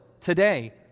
today